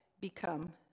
become